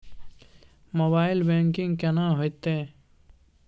Mobile banking केना हेते?